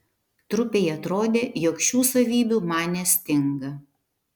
trupei atrodė jog šių savybių man nestinga